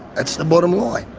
that's the bottom line.